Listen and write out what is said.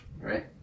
right